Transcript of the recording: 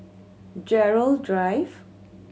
Gerald Drive